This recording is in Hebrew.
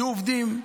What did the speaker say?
יהיו עובדים,